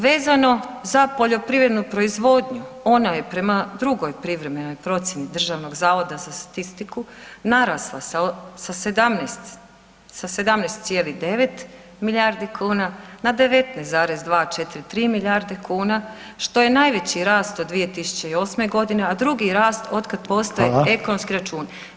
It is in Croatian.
Vezano za poljoprivrednu proizvodnju, ona je prema drugoj privremenoj procjeni Državnog zavoda za statistiku narasla sa 17, sa 17,9 milijardi kuna na 19,243 milijarde kuna što je najveći rast od 2008.g., a drugi rast otkad postoje [[Upadica: Hvala]] ekonomski računi.